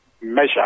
measure